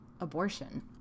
abortion